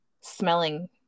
smelling